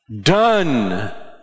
Done